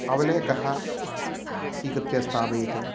अवलेहः स्वीकृत्य स्थापयितुम्